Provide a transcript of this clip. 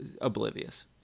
oblivious